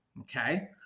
Okay